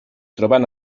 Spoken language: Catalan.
troben